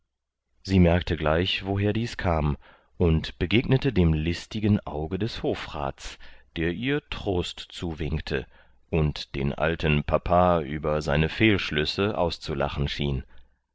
sie merkte gleich woher dies kam und begegnete dem listigen auge des hofrats der ihr trost zuwinkte und den alten papa über seine fehlschüsse auszulachen schien